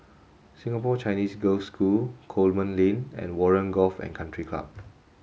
Singapore Chinese Girls' School Coleman Lane and Warren Golf and Country Club